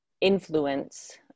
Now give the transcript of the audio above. Influence